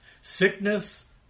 Sickness